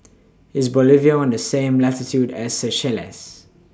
IS Bolivia on The same latitude as Seychelles